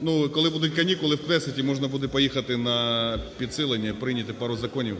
Ну, коли будуть канікули в Кнесеті, можна буде поїхати на підсилення і прийняти пару законів.